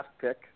pick